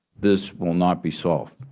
this will not be solved.